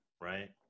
right